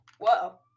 Whoa